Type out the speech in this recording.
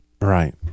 Right